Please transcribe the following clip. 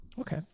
Okay